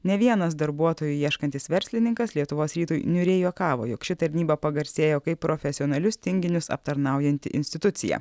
ne vienas darbuotojų ieškantis verslininkas lietuvos rytui niūriai juokavo jog ši tarnyba pagarsėjo kaip profesionalius tinginius aptarnaujanti institucija